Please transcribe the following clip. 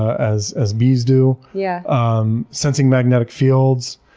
as as bees do yeah um sensing magnetic fields